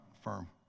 firm